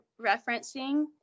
referencing